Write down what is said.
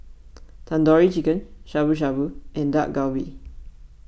Tandoori Chicken Shabu Shabu and Dak Galbi